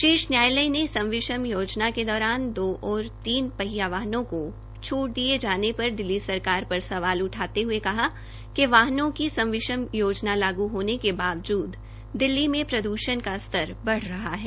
शीर्ष न्यायालय ने सम विषम योजना के दौरान दो और तीन पहियां वाहनों को छूट दिये जाने पर दिल्ली सरकार पर सवाल उठाते हये कहा कि योजना लागू होने के बावजूद दिल्ली में प्रद्रषण का स्तर बढ़ रहा है